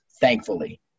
thankfully